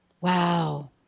Wow